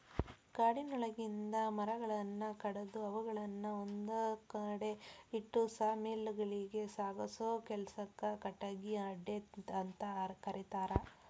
ಕಾಡಿನೊಳಗಿಂದ ಮರಗಳನ್ನ ಕಡದು ಅವುಗಳನ್ನ ಒಂದ್ಕಡೆ ಇಟ್ಟು ಸಾ ಮಿಲ್ ಗಳಿಗೆ ಸಾಗಸೋ ಕೆಲ್ಸಕ್ಕ ಕಟಗಿ ಅಡ್ಡೆಅಂತ ಕರೇತಾರ